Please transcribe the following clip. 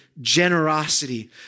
generosity